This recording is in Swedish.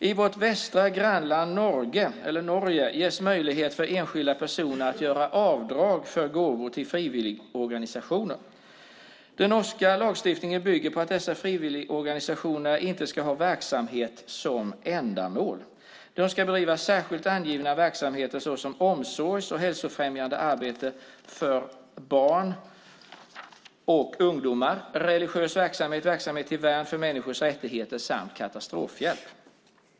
I vårt västra grannland Norge ges möjlighet till enskilda personer att göra avdrag för gåvor till frivilligorganisationer. Den norska lagstiftningen bygger på att dessa frivilligorganisationer inte ska ha verksamhet som ändamål. De ska bedriva särskilt angivna verksamheter såsom omsorgsarbete och hälsofrämjande arbete för barn och ungdomar, religiös verksamhet, verksamhet till värn för människors rättigheter samt katastrofhjälp.